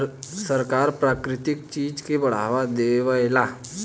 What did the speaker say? सरकार प्राकृतिक चीज के बढ़ावा देवेला